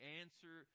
answer